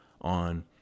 on